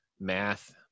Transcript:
math